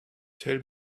tell